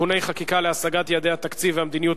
(תיקוני חקיקה להשגת יעדי התקציב והמדיניות